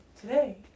today